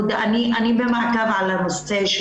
אני במעקב על הנושא,